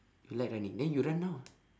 you like running then you run now ah